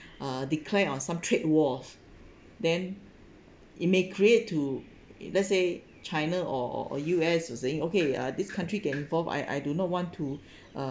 uh decline on some trade wars then it may create to it let's say china or or U_S would saying okay ah this country get involved I I do not want to